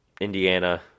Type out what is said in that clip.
Indiana